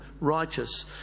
righteous